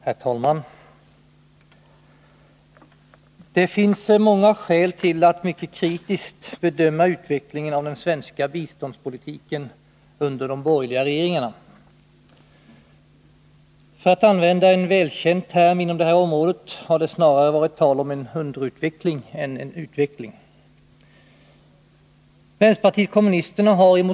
Herr talman! Det finns många skäl att mycket kritiskt bedöma utvecklingen av den svenska biståndspolitiken under de borgerliga regeringarna. För att använda en välkänd term inom det här området har det snarare varit tal om en underutveckling än en utveckling.